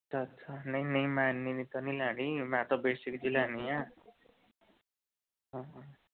ਅੱਛਾ ਅੱਛਾ ਨਹੀਂ ਨਹੀਂ ਮੈਂ ਇੰਨੀ ਨਹੀਂ ਤਾਂ ਨਹੀਂ ਲੈਣੀ ਮੈਂ ਤਾਂ ਬੇਸਿਕ ਜਿਹੀ ਲੈਣੀ ਹੈ ਹੂੰ ਹੂੰ